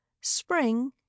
Spring